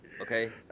Okay